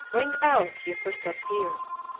ring out, ye crystal spheres!